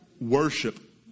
worship